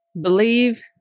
believe